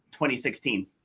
2016